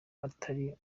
atari